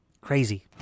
Crazy